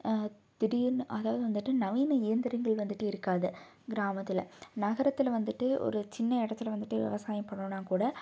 திடீர்னு அதாவது வந்துட்டு நவீன இயந்திரங்கள் வந்துட்டு இருக்காது கிராமத்தில் நகரத்தில் வந்துட்டு ஒரு சின்ன இடத்துல வந்துட்டு விவசாயம் பண்ணணுனா கூட